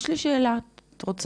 יש לי שאלה, את רוצה?